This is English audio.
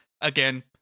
again